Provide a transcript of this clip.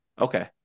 Okay